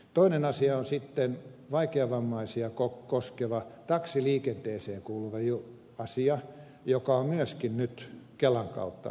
toinen asia on sitten vaikeavammaisia koskeva taksiliikenteeseen kuuluva asia joka on myöskin nyt kelan kautta listoilla